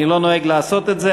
אני לא נוהג לעשות את זה,